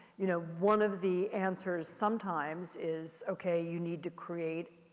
you know, one of the answers sometimes is okay, you need to create,